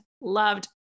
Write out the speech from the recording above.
loved